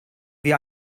wir